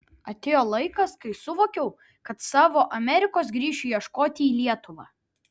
atėjo laikas kai suvokiau kad savo amerikos grįšiu ieškoti į lietuvą